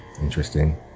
interesting